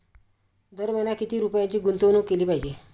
दर महिना किती रुपयांची गुंतवणूक केली पाहिजे?